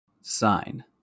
Sign